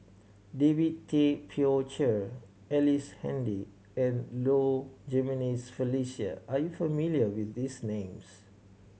David Tay Poey Cher Ellice Handy and Low Jimenez Felicia are you familiar with these names